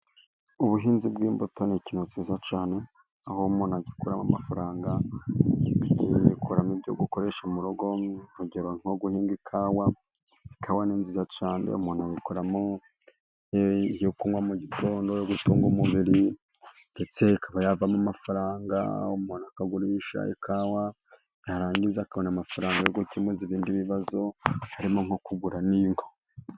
Ubuhinzi bw'imbuto ni ikintumu cyiza cyane, aho umuntu agikuramo amafaranga, akagikuramo ibyo gukoresha mugo, urugero nko guhinga ikawa. Ikawa ni nziza cyane umuntu ayikoramo iyo kunywa mu gitondo, iyo gutunga umubiri, ndetse akabayabivanamo amafaranga. Umuntu akagurisha ikawa yarangiza akabona amafaranga yo gukemuza ibindi bibazo, harimo nko kugura n'inka.